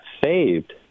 saved